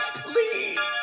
please